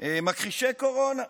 מכחישי קורונה,